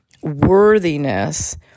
worthiness